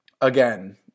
again